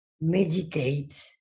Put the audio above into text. Meditate